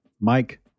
Mike